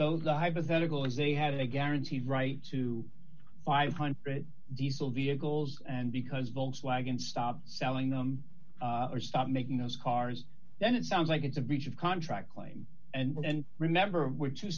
oh the hypothetical is they have a guaranteed right to five hundred dollars diesel vehicles and because volkswagen stop selling them or stop making those cars then it sounds like it's a breach of contract claim and remember we're two